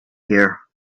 here